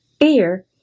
Fear